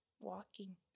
walking